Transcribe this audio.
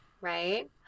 Right